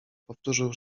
powtórzył